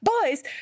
Boys